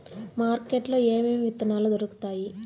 market లో ఏమేమి విత్తనాలు దొరుకుతాయి